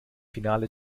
finale